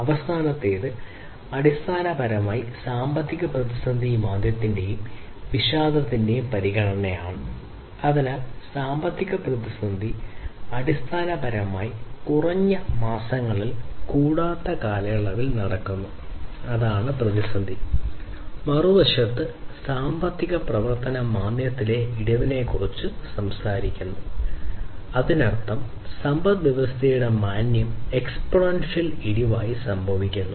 അവസാനത്തേത് അടിസ്ഥാനപരമായി സാമ്പത്തിക പ്രതിസന്ധി മാന്ദ്യത്തിന്റെയും വിഷാദത്തിന്റെയും ഇടിവ് സംഭവിക്കുന്നു